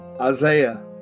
Isaiah